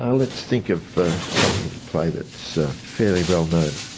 ah let's think of something you play that's fairly well known.